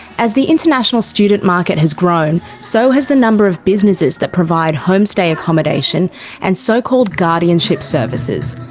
as the international student market has grown, so has the number of businesses that provide homestay accommodation and so-called guardianship services.